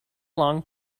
long